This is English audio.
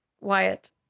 Wyatt